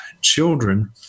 children